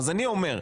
אז אני אומר,